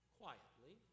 quietly